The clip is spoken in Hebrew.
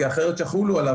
כי אחרת יחולו עליו,